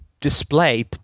display